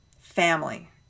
family